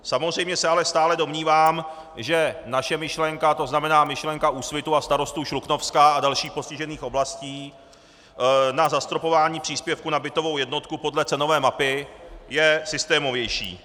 Samozřejmě se ale stále domnívám, že naše myšlenka, to znamená, myšlenka Úsvitu a starostů Šluknovska a dalších postižených oblastí na zastropování příspěvku na bytovou jednotku podle cenové mapy, je systémovější.